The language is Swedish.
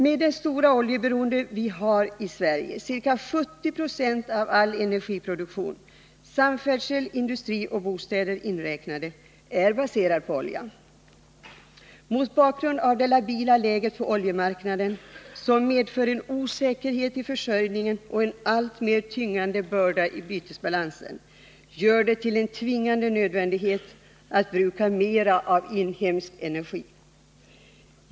Vi har ett stort oljeberoende i Sverige. Ca 70 9o av all energiproduktion — samfärdsel, industri och bostäder inräknade — är baserad på olja. Det labila läget på oljemarknaden, som medför en osäkerhet i försörjningen och en alltmer tyngande börda i bytesbalansen, gör det till en tvingande nödvändighet att bruka mer av inhemsk energi.